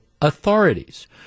Authorities